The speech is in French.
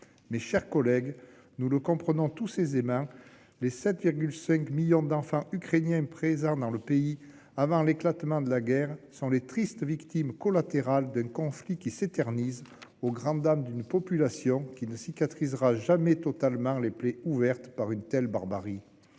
Mes chers collègues, nous le comprenons tous aisément, les 7,5 millions d'enfants ukrainiens présents dans le pays avant l'éclatement de la guerre sont les tristes victimes collatérales d'un conflit qui s'éternise, au grand dam d'une population dont les plaies ouvertes par une telle barbarie